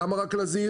למה רק לזעירים?